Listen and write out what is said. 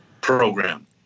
program